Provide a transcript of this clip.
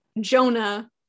Jonah